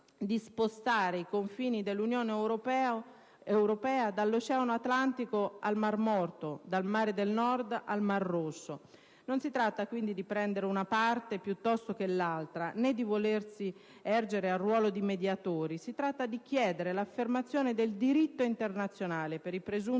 di spostare i confini dell'Unione europea dall'Oceano Atlantico al Mar Morto, dal Mare del Nord al Mar Rosso. Non si tratta quindi di prendere una parte piuttosto che l'altra, né di volersi ergere al ruolo di mediatori: si tratta di chiedere l'affermazione del diritto internazionale per i presunti